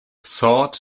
sort